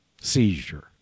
Seizure